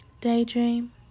Daydream